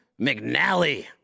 McNally